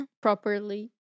properly